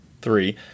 Three